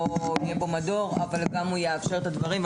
יהיה כאן מדור אבל גם הוא יאפשר את הדברים.